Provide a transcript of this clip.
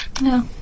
No